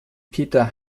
peter